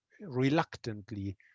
reluctantly